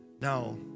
Now